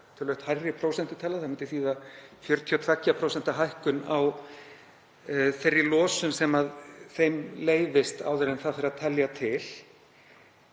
töluvert hærri prósentutala? Það myndi þýða 42% hækkun á þeirri losun sem þeim leyfðist áður en það fer að telja til.